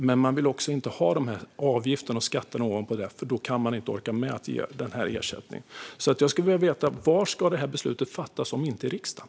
Men man vill inte ha avgifterna och skatterna ovanpå det, för då orkar man inte med att ge ersättningen. Jag skulle vilja veta var beslutet ska fattas om inte i riksdagen.